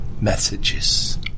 messages